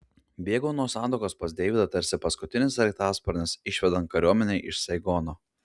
bėgau nuo santuokos pas deividą tarsi paskutinis sraigtasparnis išvedant kariuomenę iš saigono